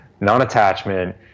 non-attachment